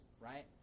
right